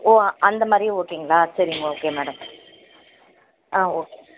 ஓ அந்தமாதிரி ஓகேங்களா சரிங்க ஓகே மேடம் ஆ ஓகே